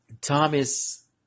Thomas